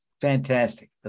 Fantastic